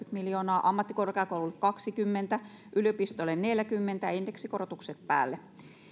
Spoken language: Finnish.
miljoonaa ammattikorkeakouluille kaksikymmentä yliopistoille neljäkymmentä indeksikorotukset päälle